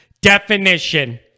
definition